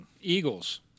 Eagles